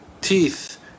teeth